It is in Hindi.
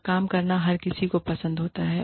और काम करना हर किसी को पसंद होता है